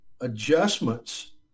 adjustments